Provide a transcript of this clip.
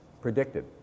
predicted